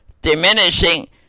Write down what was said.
diminishing